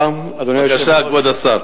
בבקשה, כבוד השר.